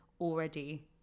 already